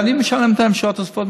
ואני משלם להם שעות נוספות,